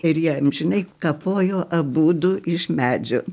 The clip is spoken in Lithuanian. ir jie amžinai kapojo abudu iš medžio